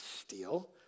steal